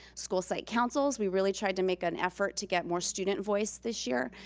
school site councils. we really tried to make an effort to get more student voice this year.